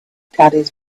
caddies